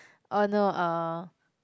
orh no uh